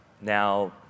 now